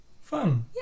Fun